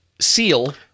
Seal